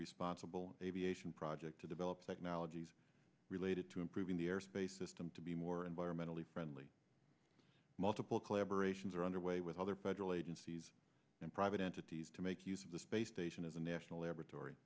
responsible aviation project to develop technologies related to improving the air space system to be more environmentally friendly multiple collaboration's are underway with other federal agencies and private entities to make use of the space station as a national laboratory